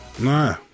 nah